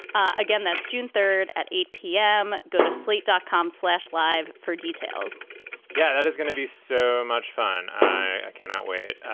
again, that's june third at eight p m. go to slate dot com slash live for details yeah, that is gonna be so much fun. i cannot wait.